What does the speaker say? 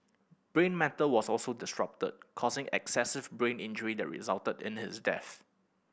brain matter was also disrupted causing excessive brain injury that resulted in his death